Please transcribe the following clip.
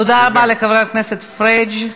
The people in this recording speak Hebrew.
תודה רבה לחבר הכנסת פריג'.